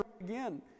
again